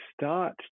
start